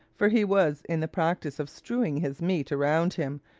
for he was in the practice of strewing his meat around him,